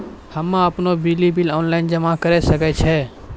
हम्मे आपनौ बिजली बिल ऑनलाइन जमा करै सकै छौ?